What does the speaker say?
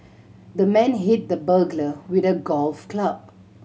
the man hit the burglar with a golf club